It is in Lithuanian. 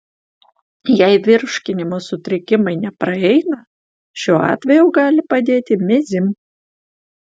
jei virškinimo sutrikimai nepraeina šiuo atveju gali padėti mezym